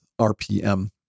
RPM